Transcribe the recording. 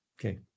Okay